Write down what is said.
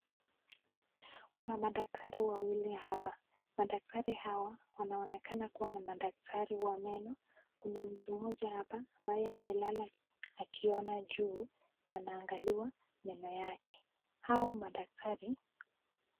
Kuna madaktari wawili hapa. Madaktari hawa wanaonekana kuwa na madaktari wa meno. Kuna mtu mmoja hapa ambaye amelala akiona juu na anaangaliwa meno yake. Hao madaktari